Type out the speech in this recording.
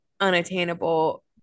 unattainable